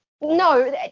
no